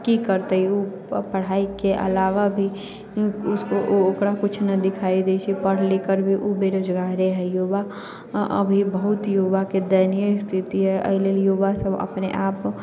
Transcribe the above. की करतै ओ पढ़ाइके अलावा भी ओकरा किछु नहि दिखाइ दै छै पढ़ि लिखिकऽ भी ओ बेरोजगारे हइ युवा अभी बहुत युवाके दयनीय स्थिति अइ एहिलेल युवासब